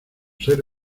ser